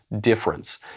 difference